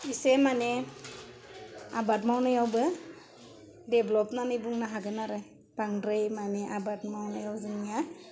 इसे माने आबाद मावनायावबो देब्लब होन्नानै बुंनो हागोन आरो बांद्राय माने आबाद मावनायाव जोंनिया